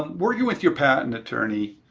um working with your patent attorney,